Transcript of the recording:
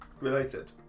related